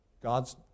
God's